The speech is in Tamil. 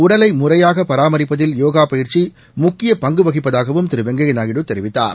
உடலை முறையாக பராமிப்பதில் யோகா பயிற்சி முக்கிய பங்கு வகிப்பதாகவும் திரு வெங்கையா நாயுடு தெரிவித்தார்